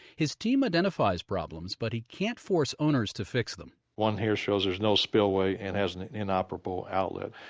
his team identifies problems but he can't force owners to fix them one here shows there's no spillway and has an inoperable outlet.